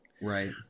Right